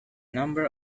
number